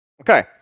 Okay